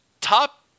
top –